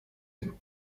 him